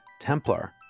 Templar